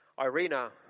Irina